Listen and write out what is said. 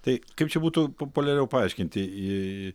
tai kaip čia būtų populiariau paaiškinti